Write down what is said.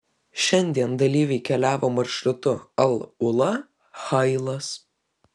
šiandien dalyviai keliavo maršrutu al ula hailas